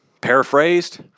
paraphrased